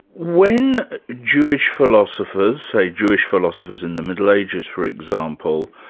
when jewish philosophers, say jewish philosophers in the middle ages, for example,